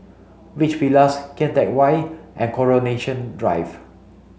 Beach Villas Kian Teck Way and Coronation Drive